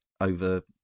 over